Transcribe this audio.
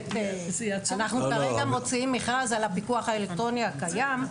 אנחנו כרגע מוציאים מכרז על הפיקוח האלקטרוני הקיים.